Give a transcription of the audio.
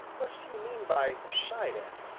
what do you mean by shied at?